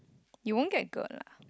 you wouldn't get girl lah